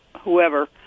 whoever